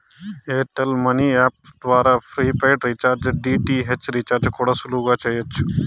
air tell money app ద్వారా prepaid recharge, DTH recharge కూడా సులువుగా చెయ్యచ్చు